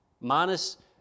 Minus